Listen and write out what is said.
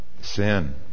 sin